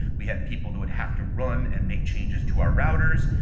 we had people who would have to run and make changes to our routers,